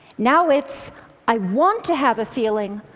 now it's i want to have a feeling,